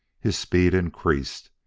his speed increased.